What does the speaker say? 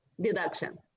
deduction